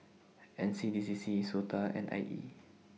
N C D C C Sota and I E